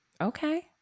Okay